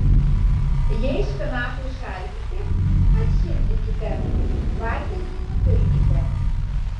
jei špinatai šaldyti atšildykite vandenį nupilkite